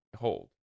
hold